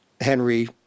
Henry